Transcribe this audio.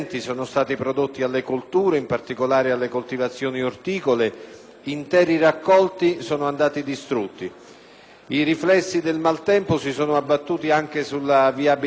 I riflessi del maltempo si sono abbattuti anche sulla viabilità, e in particolare su quella rurale, come pure sui fabbricati rurali, oltre che, come ho già detto, sui terreni agricoli.